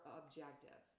objective